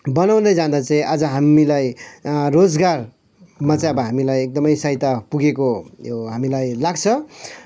बनाउँदै जाँदा चाहिँ आज हामीलाई रोजगारमा चाहिँ अब हामीलाई एकदमै सहायता पुगेको हामीलाई लाग्छ